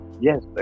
yes